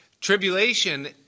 Tribulation